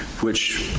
which,